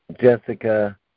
Jessica